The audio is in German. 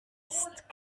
ist